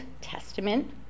Testament